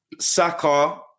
Saka